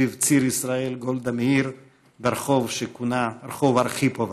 ציר ישראל גולדה מאיר ברחוב שכונה רחוב ארכיפובה.